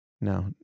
No